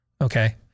Okay